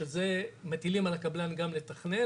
שזה בעצם התכנון, מטילים על הקבלן גם לתכנן.